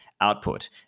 output